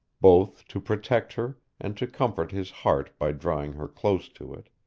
both to protect her and to comfort his heart by drawing her close to it.